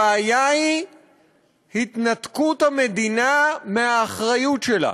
הבעיה היא התנתקות המדינה מהאחריות שלה.